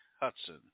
Hudson